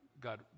God